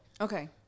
Okay